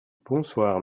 bonsoir